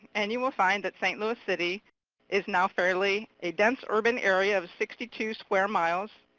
and you will find that st. louis city is now fairly a dense urban area of sixty two square miles.